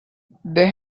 they